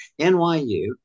NYU